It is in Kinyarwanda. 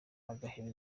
bagaheba